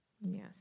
yes